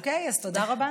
אוקיי, אז תודה רבה.